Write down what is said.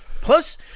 plus